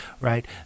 right